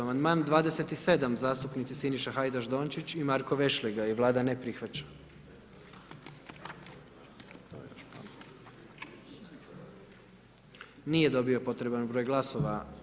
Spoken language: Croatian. Amandman 27., zastupnici Siniša Hajdaš Dončić i Marko Vešligaj, Vlada ne prihvaća, nije dobio potreban broj glasova.